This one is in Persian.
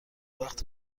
وقت